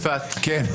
כן.